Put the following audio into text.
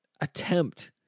attempt